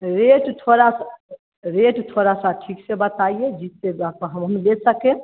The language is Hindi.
रेट थोड़ा रेट थोड़ा सा ठीक से बताइए जिससे जा हमहूँ लें सकें